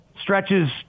stretches